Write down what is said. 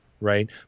Right